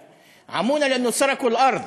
עמונה, (בערבית: מעיוורון.) (אומר בערבית: כלומר,